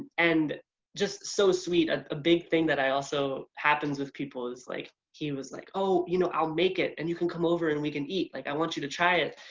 and just so sweet. a big thing that also happens with people is like he was like, oh you know i'll make it and you can come over and we can eat. like i want you to try it.